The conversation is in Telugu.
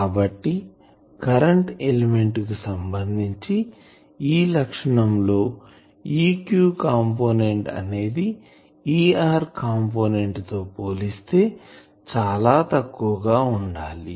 కాబట్టి కరెంటు ఎలిమెంట్ కు సంబంధించి ఈ లక్షణం లో Eq కంపోనెంట్ అనేది Er కంపోనెంట్ తో పోలిస్తే చాలా తక్కువగా ఉండాలి